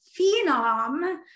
phenom